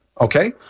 okay